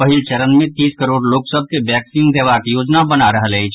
पहिल चरण मे तीस करोड़ लोक सभ के वैक्सीन देबाक योजना बना रहल अछि